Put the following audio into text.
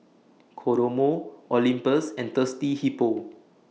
Kodomo Olympus and Thirsty Hippo